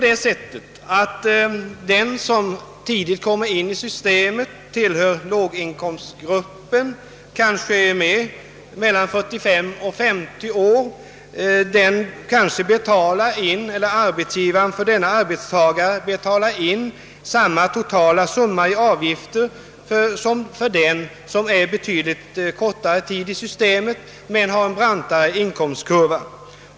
Den som tidigt kommer in i systemet och kanske är verksam i 45— 50 år men tillhör en låginkomstgrupp kan många gånger genom sin arbetsgivare ha betalat in samma totalsumma i avgifter som en annan som kortare tid stått med i systemet men har brantare inkomstkurva.